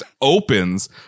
opens